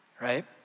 right